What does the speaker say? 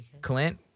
Clint